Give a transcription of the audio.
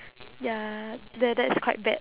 ya that that is quite bad